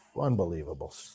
Unbelievable